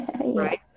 right